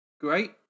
Great